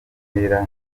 nkera